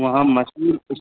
وہاں مشہور